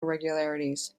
irregularities